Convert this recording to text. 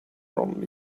only